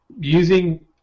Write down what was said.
using